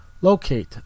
locate